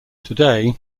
today